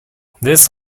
this